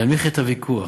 להנמיך את הוויכוח,